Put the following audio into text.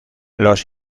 los